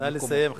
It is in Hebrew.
נא לסיים.